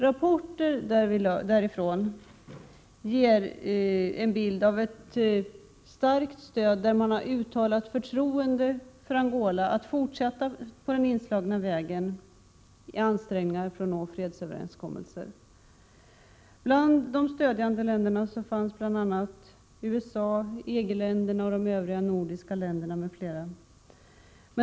Rapporter därifrån talar om ett uttalat förtroende för Angola att fortsätta på den inslagna vägen i ansträngningarna för att nå fredsöverenskommelser. Bland de stödjande länderna fanns USA, EG länderna och de övriga nordiska länderna.